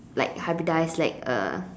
like hybridize like a